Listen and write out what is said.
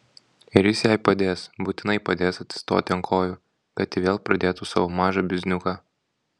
ir jis jai padės būtinai padės atsistoti ant kojų kad ji vėl pradėtų savo mažą bizniuką